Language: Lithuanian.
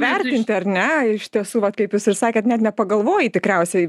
vertinti ar ne iš tiesų vat kaip jūs ir sakėt net nepagalvoji tikriausiai